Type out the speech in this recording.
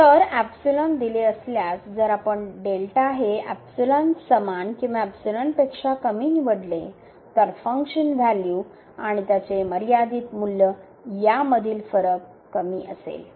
तर दिले असल्यास जर आपण हे समान किंवा पेक्षा कमी निवडले तर फंक्शन व्हॅल्यू आणि त्याचे मर्यादित मूल्य यामधील फरक कमी असेल